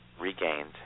regained